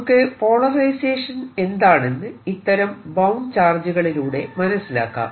നമുക്ക് പോളറൈസേഷൻ എന്താണെന്ന് ഇത്തരം ബൌണ്ട് ചാർജുകളിലൂടെ മനസ്സിലാക്കാം